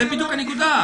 זאת בדיוק הנקודה.